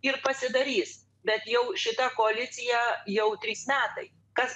ir pasidarys bet jau šita koalicija jau trys metai kas